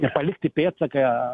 ir palikti pėdsaką